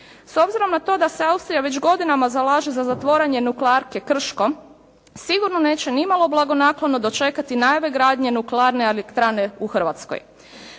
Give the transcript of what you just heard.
S obzirom na to da se Austrija već godinama zalaže za zatvaranje nuklearke Krško sigurno neće nimalo blagonaklono dočekati najave gradnje nuklearne elektrane u Hrvatskoj.